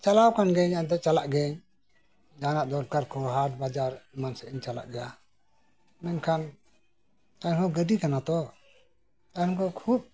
ᱪᱟᱞᱟᱣ ᱟᱠᱟᱱ ᱜᱮᱭᱟᱹᱧ ᱮᱱᱛᱮ ᱪᱟᱞᱟᱜ ᱜᱮᱭᱟᱧ ᱡᱟᱦᱟᱱᱟᱜ ᱫᱚᱨᱠᱟᱨ ᱫᱚ ᱡᱟᱦᱟᱱᱟᱜ ᱦᱟᱴ ᱵᱟᱡᱟᱨ ᱮᱢᱟᱱ ᱥᱮᱡ ᱤᱧ ᱪᱟᱞᱟᱜ ᱜᱮᱭᱟ ᱢᱮᱱ ᱠᱷᱟᱱ ᱮᱱᱨᱮ ᱦᱚᱸ ᱜᱟᱹᱰᱤ ᱠᱟᱱ ᱛᱳ